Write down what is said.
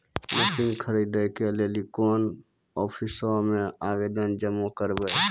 Machine खरीदै के लेली कोन आफिसों मे आवेदन जमा करवै?